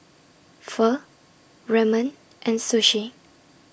Pho Ramen and Sushi